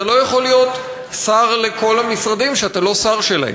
אתה לא יכול היות שר לכל המשרדים שאתה לא השר שלהם.